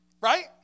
right